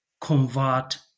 convert